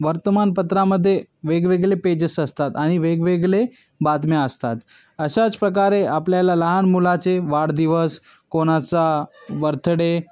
वर्तमानपत्रामध्ये वेगवेगळे पेजेस असतात आणि वेगवेगळे बातम्या असतात अशाच प्रकारे आपल्याला लहान मुलाचे वाढदिवस कोणाचा वर्थडे